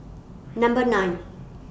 Number nine